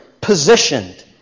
positioned